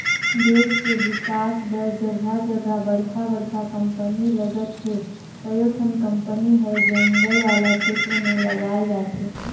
देस के बिकास बर जघा जघा बड़का बड़का कंपनी लगत हे, कयोठन कंपनी हर जंगल वाला छेत्र में लगाल जाथे